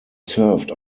served